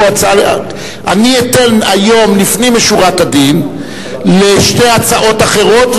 אני אתן היום לפנים משורת הדין לשתי הצעות אחרות,